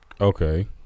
Okay